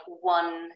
one